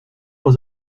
aux